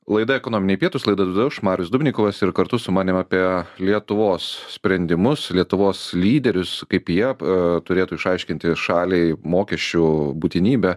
laida ekonominiai pietūs laidą vedu aš marius dubnikovas ir kartu su manim apie lietuvos sprendimus lietuvos lyderius kaip jie a turėtų išaiškinti šaliai mokesčių būtinybę